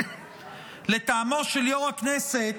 לטעמו של יו"ר הכנסת,